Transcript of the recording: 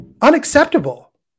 unacceptable